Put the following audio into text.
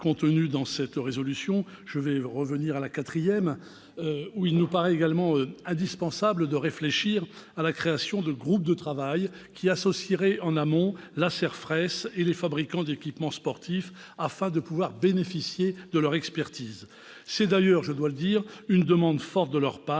proposition de résolution, j'en reviens à la quatrième. Il nous paraît indispensable de réfléchir à la création de groupes de travail qui associeraient en amont la CERFRES et les fabricants d'équipements sportifs, afin de bénéficier de leur expertise. C'est d'ailleurs, je dois le dire, une demande forte de la part